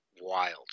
wild